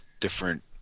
different